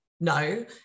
No